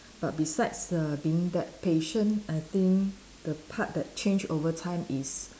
but besides err being that patient I think the part that change over time is